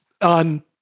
On